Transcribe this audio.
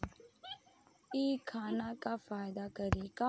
इ खाना का फायदा करी